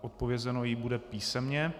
Odpovězeno jí bude písemně.